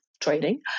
trading